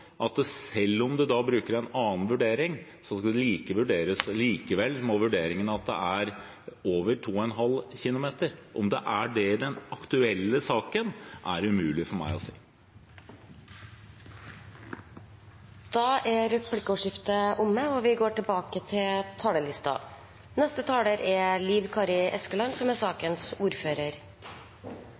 at selv om en bruker en annen vurdering, kan likevel vurderingen være at det er over 2,5 km. Om det er det i den aktuelle saken, er umulig for meg å si. Replikkordskiftet er omme. De talerne som